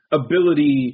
ability